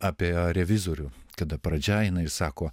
apie revizorių kada pradžia jinai ir sako